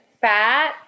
fat